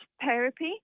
therapy